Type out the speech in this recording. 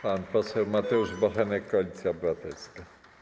Pan poseł Mateusz Bochenek, Koalicja Obywatelska.